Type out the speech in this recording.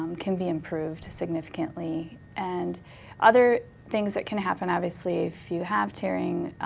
um can be improved significantly. and other things that can happen, obviously if you have tearing,